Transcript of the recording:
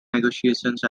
negotiations